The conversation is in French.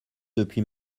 depuis